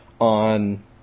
on